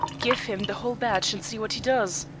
give him the whole batch and see what he does,